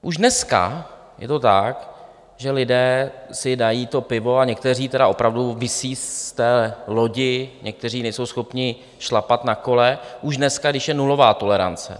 Už dneska je to tak, že lidé si dají pivo a někteří opravdu visí z lodi, někteří nejsou schopni šlapat na kole už dnes, kdy je nulová tolerance.